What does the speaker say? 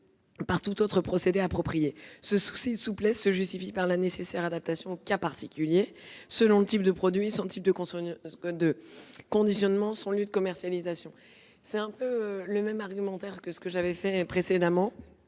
par tout autre procédé approprié ». Ce souci de souplesse se justifie par la nécessaire adaptation aux cas particuliers, selon le type de produit, son type de conditionnement, son lieu de commercialisation. Cela rejoint l'argumentaire que j'ai déjà développé.